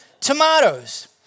tomatoes